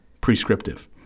prescriptive